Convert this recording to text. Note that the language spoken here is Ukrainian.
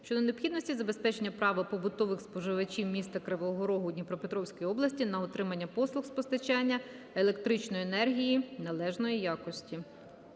щодо необхідності забезпечення права побутових споживачів міста Кривого Рогу Дніпропетровської області на отримання послуг з постачання електричної енергії належної якості.